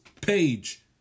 page